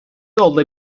yolda